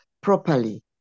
properly